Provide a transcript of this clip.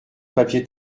papier